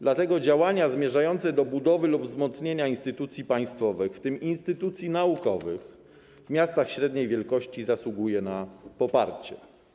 Dlatego działania zmierzające do budowy lub wzmocnienia instytucji państwowych, w tym instytucji naukowych w miastach średniej wielkości zasługują na poparcie.